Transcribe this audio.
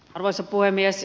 arvoisa puhemies